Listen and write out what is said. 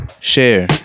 share